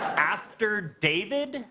after david?